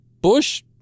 Bush